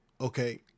Okay